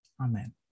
Amen